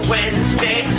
Wednesday